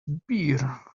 beer